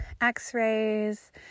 x-rays